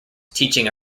teaching